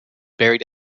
buried